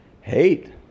hate